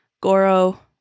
Goro